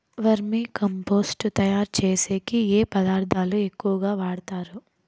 వర్మి compost తయారుచేసేకి ఏ పదార్థాలు ఎక్కువగా వాడుతారు